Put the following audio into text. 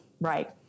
Right